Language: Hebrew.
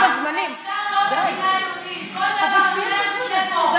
העיקר לא מדינה יהודית, כל דבר אחר שיהיה פה.